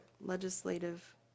legislative